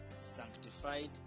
sanctified